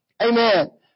Amen